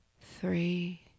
three